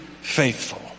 faithful